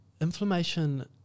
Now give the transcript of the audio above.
Inflammation